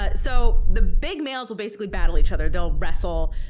but so the big males will basically battle each other. they'll wrestle,